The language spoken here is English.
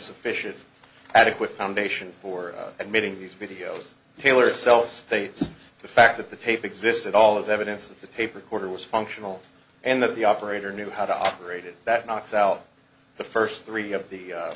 sufficient adequate foundation for admitting these videos tailored itself states the fact that the tape exists at all as evidence that the tape recorder was functional and that the operator knew how to operate it that knocks out the first three of the